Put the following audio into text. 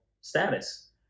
status